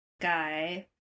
guy